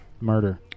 murder